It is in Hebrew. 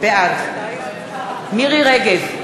בעד מירי רגב,